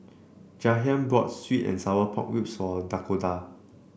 Jahiem bought sweet and Sour Pork Ribs for Dakoda